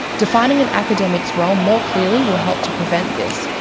defining an academic's role more clearly will help to prevent this,